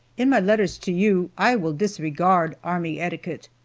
in my letters to you i will disregard army etiquette,